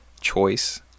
Choice